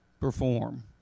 perform